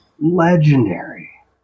legendary